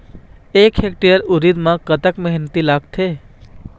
एक हेक्टेयर उरीद म कतक मेहनती लागथे?